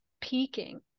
peaking